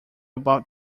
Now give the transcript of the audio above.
about